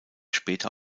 später